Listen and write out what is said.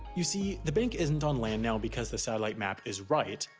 you see, the bank isn't on land now because the satellite map is right.